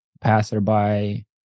passerby